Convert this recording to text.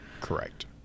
correct